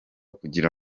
kugira